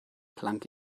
planck